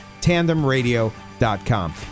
Tandemradio.com